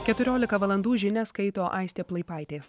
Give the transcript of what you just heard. keturiolika valandų žinias skaito aistė plaipaitė